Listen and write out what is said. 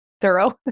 thorough